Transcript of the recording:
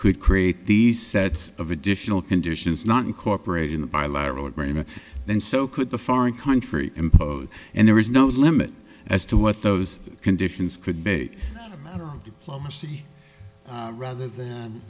could create these sets of additional conditions not incorporate in the bilateral agreement then so could the foreign country impose and there is no limit as to what those conditions could beit or diplomacy rather than